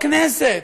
בכנסת,